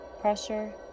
pressure